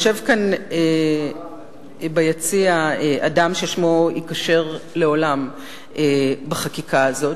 יושב כאן ביציע אדם ששמו ייקשר לעולם בחקיקה הזאת,